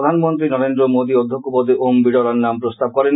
প্রধানমন্ত্রী নরেন্দ্র মোদি অধ্যক্ষ পদে ওম বিডলার নাম প্রস্তাব করেন